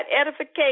edification